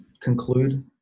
conclude